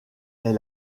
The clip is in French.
est